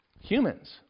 Humans